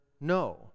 No